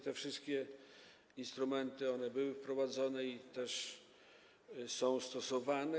Te wszystkie instrumenty były wprowadzone i są stosowane.